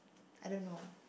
I don't know